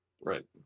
right